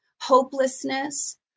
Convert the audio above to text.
hopelessness